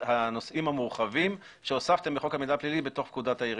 הנושאים המורחבים שהוספתם בחוק המידע הפלילי בתוך פקודת העיריות?